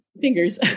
fingers